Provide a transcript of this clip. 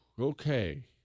Okay